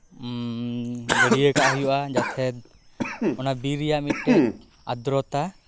ᱜᱟᱹᱰᱭᱟᱹ ᱠᱟᱜ ᱦᱩᱭᱩᱜᱼᱟ ᱡᱟᱛᱮ ᱚᱱᱟᱵᱤᱨ ᱨᱮᱭᱟᱜ ᱢᱤᱫᱴᱮᱱ ᱟᱫᱨᱚᱛᱟ